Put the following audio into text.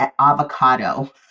avocado